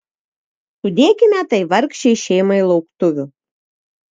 sudėkime tai vargšei šeimai lauktuvių